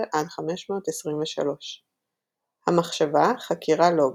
513–523. המחשבה חקירה לוגית,